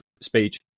speech